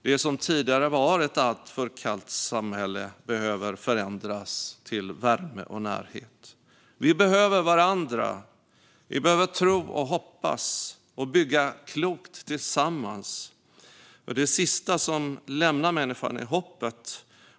Det som tidigare var ett alltför kallt samhälle behöver förändras till värme och närhet. Vi behöver varandra, och vi behöver tro och hoppas och bygga klokt tillsammans. Det sista som lämnar människan är hoppet.